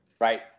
Right